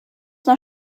noch